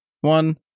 one